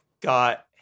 got